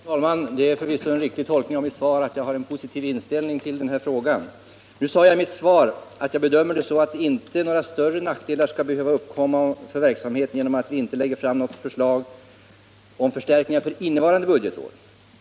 Herr talman! Att jag har en positiv inställning i denna fråga är förvisso en riktig tolkning av mitt svar. Nu sade jag i mitt svar att jag bedömer läget så, att inga större nackdelar skall behöva uppkomma för verksamheten på grund av att vi inte lägger fram något förslag om förstärkningar när det gäller innevarande budgetår.